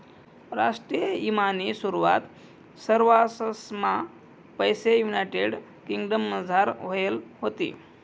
राष्ट्रीय ईमानी सुरवात सरवाससममा पैले युनायटेड किंगडमझार व्हयेल व्हती